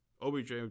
OBJ